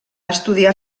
estudiar